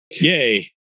yay